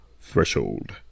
threshold